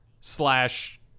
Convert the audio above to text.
slash